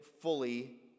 fully